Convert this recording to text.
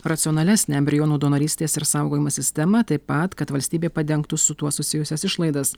racionalesnę embrionų donorystės ir saugojimo sistemą taip pat kad valstybė padengtų su tuo susijusias išlaidas